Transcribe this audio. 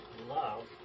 love